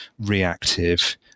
reactive